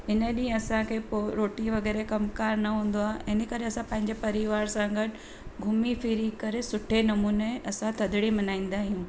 हिन ॾींहुं असांखे पोइ रोटी वग़ैरह कमु कार न हूंदो आहे ऐं हिन करे असां पंहिंजे परिवार सां गॾु घुमी फिरी करे सुठे नमूने असां थदड़ी मल्हाईंदा आहियूं